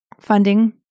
funding